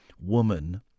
woman